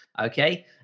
Okay